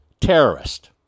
terrorist